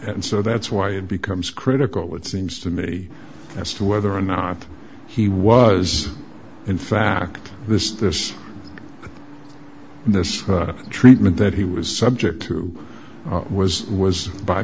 and so that's why it becomes critical what seems to me as to whether or not he was in fact this this this treatment that he was subject to was was by